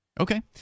Okay